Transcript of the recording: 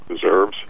deserves